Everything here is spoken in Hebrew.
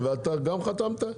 אתה גם חתמת?